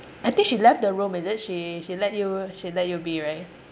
I think she left the room is it she she let you she let you be right